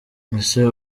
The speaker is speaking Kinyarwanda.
ese